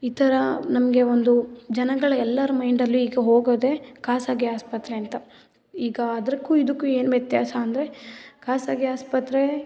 ಈ ತರ ನಮಗೆ ಒಂದು ಜನಗಳ ಎಲ್ಲರ ಮೈಂಡಲ್ಲಿ ಈಗ ಹೋಗೋದೆ ಖಾಸಗಿ ಆಸ್ಪತ್ರೆ ಅಂತ ಈಗ ಅದಕ್ಕು ಇದಕ್ಕು ಏನು ವ್ಯತ್ಯಾಸ ಅಂದರೆ ಖಾಸಗಿ ಆಸ್ಪತ್ರೆ